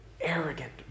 arrogant